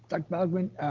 like balgobin,